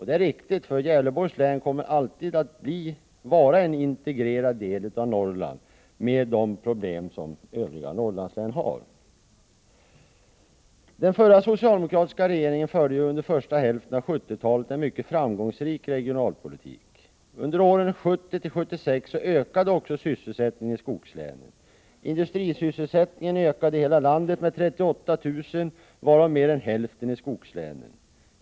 Det är riktigt, för Gävleborgs län kommer alltid att vara en integrerad del av Norrland med de problem Norrlandslänen har. Den förra socialdemokratiska regeringen förde under första hälften av 1970-talet en mycket framgångsrik regionalpolitik. Under åren 1970-1976 ökade också sysselsättningen i skogslänen. Industrisysselsättningen ökade i hela landet med 38 000 personer, varav mer än hälften i skogslänen.